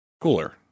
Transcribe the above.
cooler